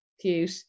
Cute